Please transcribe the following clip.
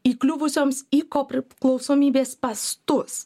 įkliuvusioms į kopriklausomybės spąstus